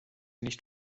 nicht